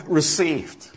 received